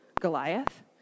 Goliath